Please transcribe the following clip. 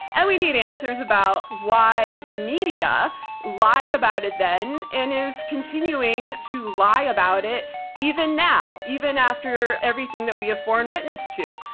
and we need answers about why the media lied about it then and is continuing to lie about it even now, even after everything that we have borne witness to.